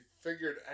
figured